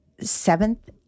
seventh